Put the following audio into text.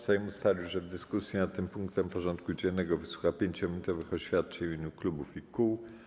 Sejm ustalił, że w dyskusji nad tym punktem porządku dziennego wysłucha 5-minutowych oświadczeń w imieniu klubów i kół.